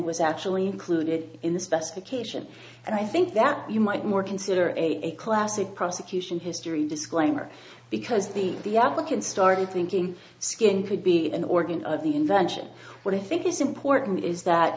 was actually included in the specification and i think that you might more consider a classic prosecution history disclaimer because the the african started thinking skin could be an organ of the invention what i think is important is that